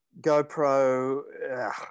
GoPro